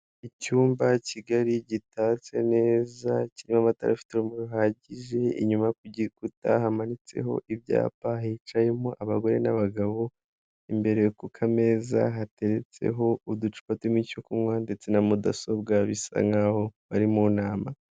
Icyumba kigari gitatse neza kirimo amatara afite urumuri ruhagije, inyuma ku gikuta hamanitse ho ibyapa hicaye mo abagore n'abagabo, imbere ku kameza hateretse ho uducupa turimo icyo kunywa ndetse na mudasobwa bisa nk'aho bari mu nama.